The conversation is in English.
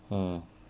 mm